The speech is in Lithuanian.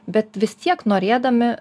bet vis tiek norėdami